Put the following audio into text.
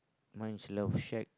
mine is love shack